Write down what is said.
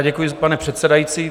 Děkuji, pane předsedající.